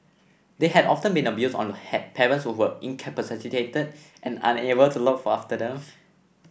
they had often been abused or had parents who were incapacitated and unable to look after them